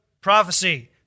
prophecy